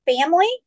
family